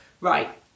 right